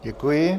Děkuji.